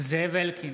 זאב אלקין,